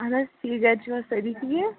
اَہَن حظ ٹھیٖک گَرِ چھُو حظ سٲری ٹھیٖک